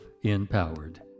empowered